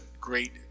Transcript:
great